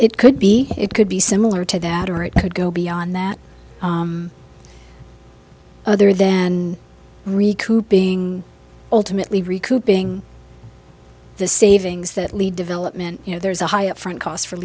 it could be it could be similar to that or it could go beyond that other than recruit being ultimately recouping the savings that lead development you know there's a high upfront cost for